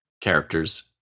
characters